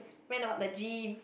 went about the gym